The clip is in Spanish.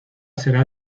será